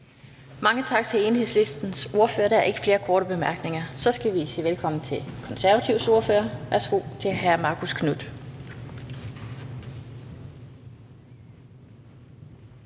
Lind): Tak til Enhedslistens ordfører. Der er ikke nogen korte bemærkninger. Så skal jeg sige velkommen til Nye Borgerliges ordfører. Værsgo til fru Mette